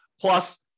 Plus